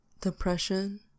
depression